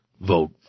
vote